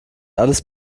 alles